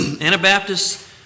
Anabaptists